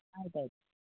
ಆಯ್ತು ಆಯ್ತು